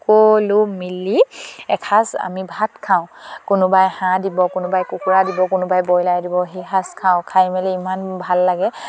সকলো মিলি এসাঁজ আমি ভাত খাওঁ কোনোবাই হাঁহ দিব কোনোবাই কুকুৰা দিব কোনোবাই ব্ৰইলাৰ দিব সেই সাজ খাওঁ খাই মেলি ইমান ভাল লাগে